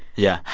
yeah,